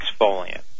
exfoliant